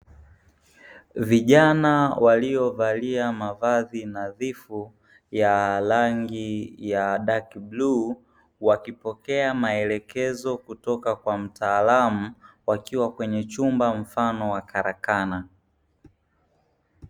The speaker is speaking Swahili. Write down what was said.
Vijana waliovalia mavazi nadhifu ya rangi ya "dark blue", wakipokea maelekezo kutoka kwa mtaalamu, wakiwa kwenye chumba mfano wa karakana.